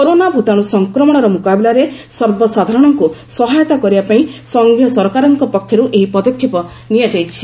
corona ଭୂତାଣୁ ସଂକ୍ରମଣର ମୁକାବିଲାରେ ସର୍ବସାଧାରଣଙ୍କୁ ସହାୟତା କରିବା ପାଇଁ ସଂଘୀୟ ସରକାରଙ୍କ ପକ୍ଷରୁ ଏହି ପଦକ୍ଷେପ ନିଆଯାଇଛି